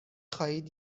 خواهید